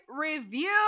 review